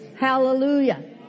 Hallelujah